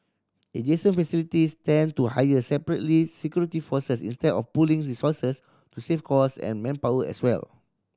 adjacent facilities tend to hire separately security forces instead of pooling resources to save cost and manpower as well